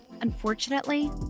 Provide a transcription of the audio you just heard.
Unfortunately